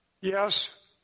Yes